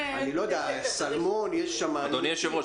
אדוני היושב-ראש,